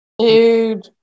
Dude